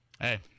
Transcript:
Hey